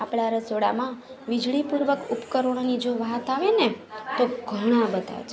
આપડા રસોડામાં વીજળી પૂર્વક ઉપકરણોની જો વાત આવેને તો ઘણા બધા જ